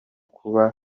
kuba